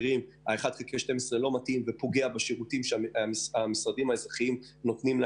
ה-1/12 לא מתאים ופוגע בשירות המשרדים לאזרחים.